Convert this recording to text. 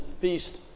feast